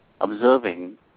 observing